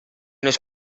los